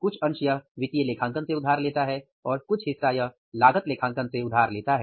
कुछ अंश यह वित्तीय लेखांकन से उधार लेता है और कुछ हिस्सा यह लागत लेखांकन से उधार लेता है